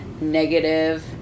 negative